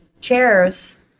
chairs